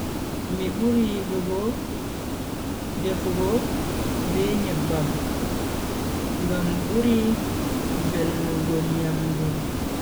Mi buri yidugo defugo be nyibbam ngam buri velnugo nyamdu.